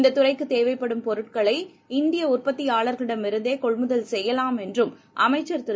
இந்ததுறைக்குத் தேவைப்படும் பொருட்களை இந்தியஉற்பத்தியாளர்களிடமிருந்தேகொள்முதல் செய்யலாம் என்றுஅமைச்சர் திரு